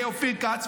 אופיר כץ,